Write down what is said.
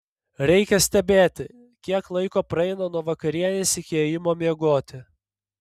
reikia stebėti kiek laiko praeina nuo vakarienės iki ėjimo miegoti